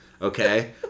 Okay